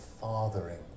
fathering